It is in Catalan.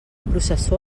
processó